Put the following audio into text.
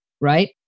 right